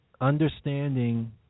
Understanding